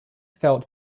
felt